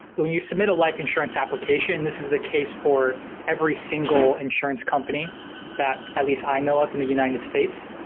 when you submit a life insurance application, this is the case for every single insurance company that at least i know of in the united states,